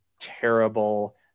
terrible